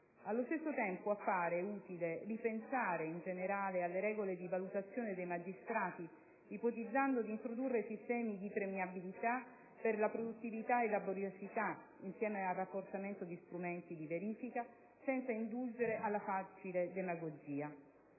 Allo stesso tempo, appare utile ripensare in generale alle regole di valutazione dei magistrati, ipotizzando di introdurre sistemi di premialità per la produttività e la laboriosità, insieme al rafforzamento di strumenti di verifica, senza indulgere alla facile demagogia.